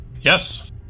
Yes